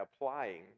applying